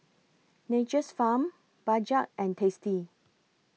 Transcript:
Nature's Farm Bajaj and tasty